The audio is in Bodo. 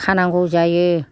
खानांगौ जायो